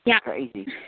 crazy